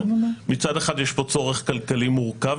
מצד אחד יש כאן צורך כלכלי מורכב,